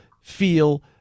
feel